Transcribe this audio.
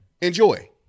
Enjoy